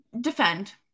defend